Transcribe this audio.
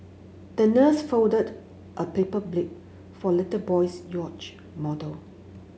the nurse folded a paper jib for the little boy's yacht model